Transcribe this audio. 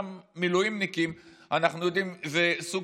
גם מילואימניקים אנחנו יודעים שזה סוג